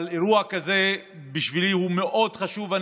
אירוע כזה הוא מאוד חשוב בשבילי,